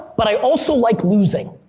but i also like losing.